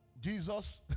Jesus